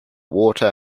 water